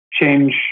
change